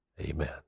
Amen